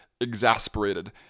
exasperated